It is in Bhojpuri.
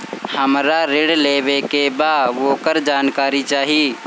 हमरा ऋण लेवे के बा वोकर जानकारी चाही